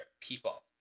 people